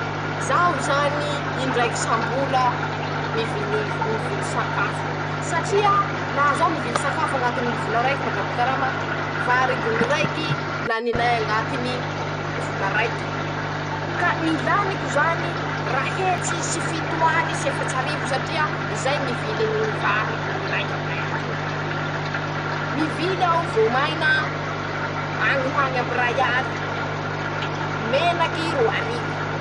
<...>Zaho zany in'draiky sam-bola, mivily mivily sakafo, satria laha zaho mivily sakafo añatiny vola raiky mandramby karama, vary gony raiky laninay añatiny vola raiky, ka ñy laniko zany, ray hetsy sy fitoaly sy efatr'arivo satria zay ñy viliny ñy vary gony raiky aminay atoy, mivily aho voamaina añy ho añy aminy raialy, menaky roarivo.